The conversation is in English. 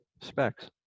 specs